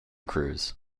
crews